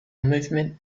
movement